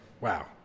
wow